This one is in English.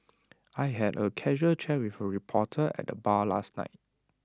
I had A casual chat with A reporter at the bar last night